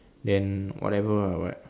than whatever lah but